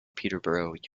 peterborough